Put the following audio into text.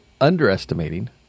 underestimating